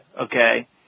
okay